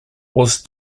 was